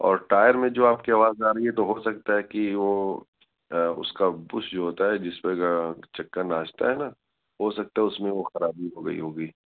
اور ٹائر میں جو آپ کے آواز آ رہی ہے تو ہو سکتا ہے کہ وہ اس کا بش جو ہوتا ہے جس پر چکا ناچتا ہے نا ہو سکتا ہے اس میں وہ خرابی ہو گئی ہوگی